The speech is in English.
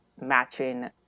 matching